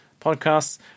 podcasts